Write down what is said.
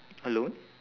alone